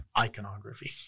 iconography